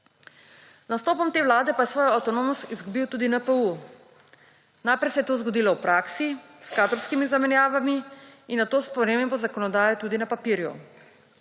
nastopom te vlade pa je svojo avtonomnost izgubil tudi NPU. Najprej se je to zgodilo v praksi s kadrovskimi zamenjavami in nato s spremembo zakonodaje tudi na papirju.